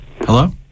Hello